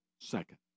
second